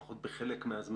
לפחות בחלק מהזמן,